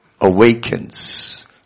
awakens